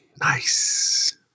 Nice